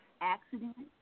accident